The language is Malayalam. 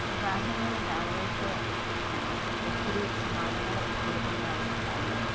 വിവാഹങ്ങളിൽ ആളുകൾക്ക് ഒത്തിരി സമ്മാനങ്ങൾ കൊടുക്കുന്നതാണ് ഇന്ന് കാണുന്നത്